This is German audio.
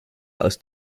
aus